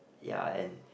ya and